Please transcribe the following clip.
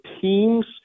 teams